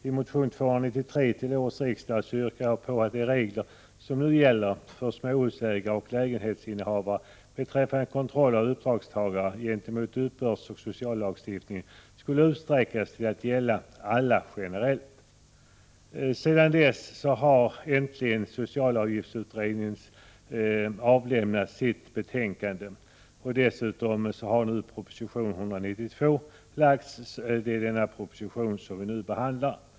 I motion 293 till årets riksdag yrkar jag att de regler som nu gäller för småhusägare och lägenhetsinnehavare beträffande kontroll av uppdragstagare gentemot uppbördsoch sociallagstiftningen skall utsträckas till att gälla alla generellt. Sedan dess har äntligen socialavgiftsutredningen avlämnat sitt betänkande, och dessutom har proposition 192 framlagts, dvs. den proposition som vi nu behandlar.